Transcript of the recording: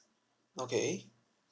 okay